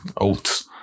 oats